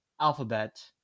alphabet